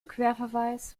querverweis